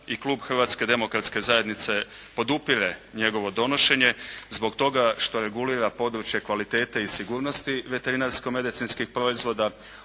i klub Hrvatske demokratske zajednice podupire njegovo donošenje, zbog toga što regulira područje kvalitete i sigurnosti veterinarsko-medicinskih proizvoda,